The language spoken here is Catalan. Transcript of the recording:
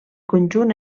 conjunt